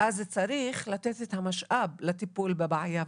אז צריך לתת את המשאב לטיפול בבעיה.